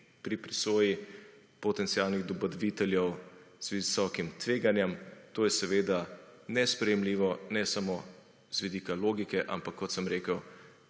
pri presoji potencialnih dobaviteljev z visokim tveganjem to je seveda nesprejemljivo ne samo z vidika logike, ampak kot sem rekel